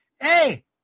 hey